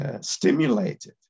stimulated